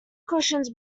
cushions